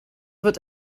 wird